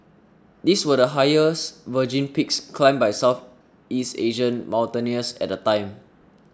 these were the highest virgin peaks climbed by Southeast Asian mountaineers at the time